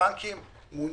הבנקים מעוניינים,